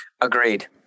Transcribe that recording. agreed